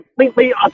completely